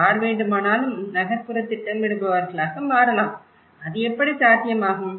யார் வேண்டுமானாலும் நகர்ப்புற திட்டமிடுபவர்களாக மாறலாம் அது எப்படி சாத்தியமாகும்